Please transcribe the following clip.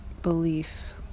belief